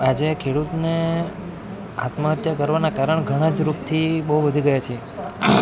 આજે ખેડૂતને આત્મહત્યા કરવાના કારણ ઘણાં જ રૂપથી બહુ વધી ગયા છે